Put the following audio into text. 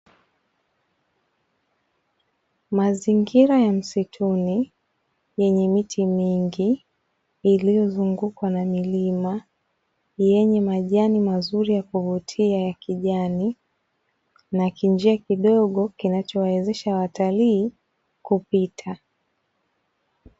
Mazingira ya msituni yenye miti mingi, iliyozungukwa na milima yenye majani mazuri ya kuvutia ya kijani, na kinjia kidogo kinachowawezesha watalii kupitia.